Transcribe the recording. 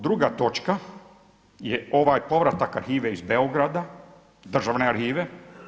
Druga točka je ovaj povratak arhive iz Beograda, državne arhive.